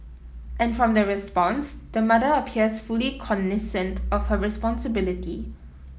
and from the response the mother appears fully cognisant of her responsibility